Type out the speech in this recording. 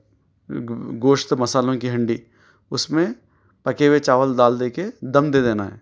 گوشت مصالحوں کی ہانڈی اُس میں پکّے ہوئے چاول دال دے کے دم دے دینا ہے